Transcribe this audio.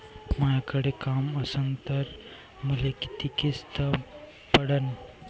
मायाकडे काम असन तर मले किती किस्त पडन?